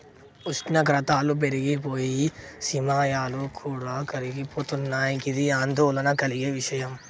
ఉష్ణోగ్రతలు పెరిగి పోయి హిమాయాలు కూడా కరిగిపోతున్నయి గిది ఆందోళన కలిగే విషయం